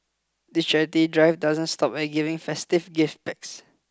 the charity drive doesn't stop at giving festive gift packs